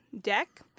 deck